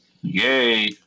Yay